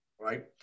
right